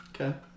Okay